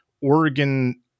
oregon